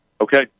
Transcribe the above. Okay